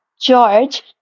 George